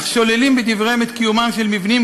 אך שוללים בדבריהם את קיומם של מבנים